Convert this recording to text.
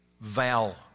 vow